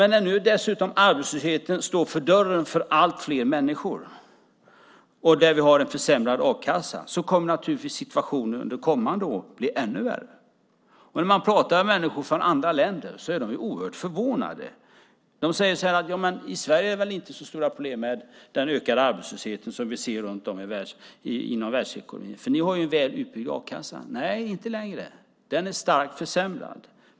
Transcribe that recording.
När nu arbetslösheten står för dörren för allt fler människor, och vi nu har en försämrad a-kassa, kommer naturligtvis situationen under kommande år att bli ännu värre. När man pratar med människor från andra länder är de oerhört förvånade. De säger: Men i Sverige är det väl inte så stora problem med den ökade arbetslösheten som vi ser runt om i världen. Ni har ju en väl utbyggd a-kassa. Nej, inte längre. Den är starkt försämrad.